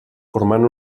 formant